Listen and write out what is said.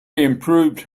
improved